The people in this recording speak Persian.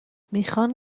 میخان